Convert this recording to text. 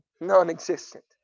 non-existent